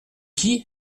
qui